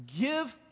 Give